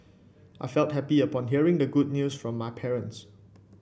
I felt happy upon hearing the good news from my parents